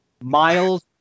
Miles